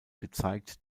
gezeigt